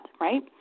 right